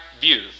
view